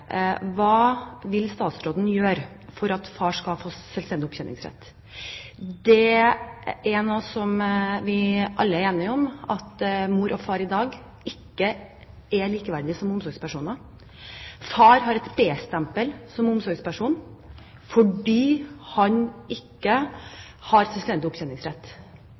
Hva vil statsråden gjøre for at far skal få selvstendig opptjeningsrett? Vi er alle enige om at mor og far i dag ikke er likeverdige som omsorgspersoner. Far har et B-stempel som omsorgsperson fordi han ikke har selvstendig opptjeningsrett.